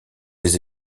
les